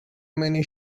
many